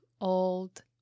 old